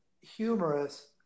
humorous